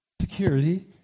Security